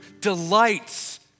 delights